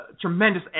tremendous